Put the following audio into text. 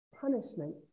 punishment